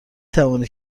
توانید